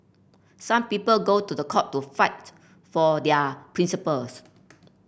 some people go to the court to fight for their principles